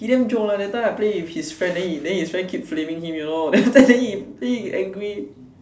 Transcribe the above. he damn joke one that time I play with his friend then his friend keep flaming him you know then he angry